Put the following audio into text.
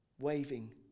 waving